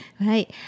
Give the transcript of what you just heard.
Right